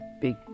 big